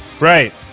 Right